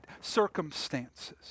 circumstances